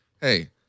hey